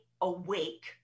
awake